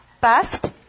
past